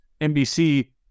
NBC